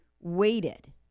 waited